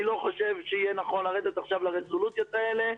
אני לא חושב שיהיה נכון לרדת עכשיו לרזולוציות האלה.